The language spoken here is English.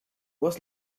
was